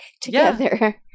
together